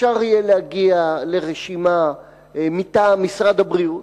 שבאפשר יהיה להגיע בזמן סביר לרשימה מטעם משרד הבריאות?